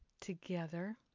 together